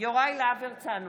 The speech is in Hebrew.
יוראי להב הרצנו,